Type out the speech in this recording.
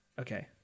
Okay